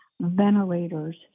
ventilators